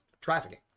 trafficking